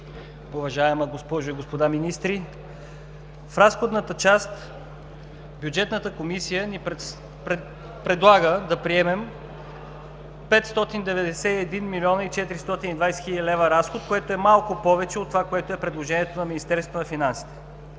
уважаеми госпожо и господа министри! В разходната част Бюджетната комисия ни предлага да приемем 591 млн. 420 хил. лв. разход, което е малко повече от предложението на Министерството на финансите.